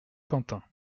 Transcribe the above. quentin